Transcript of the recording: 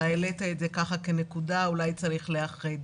אתה העלית את זה כנקודה ואמרת שאולי צריך לאחד.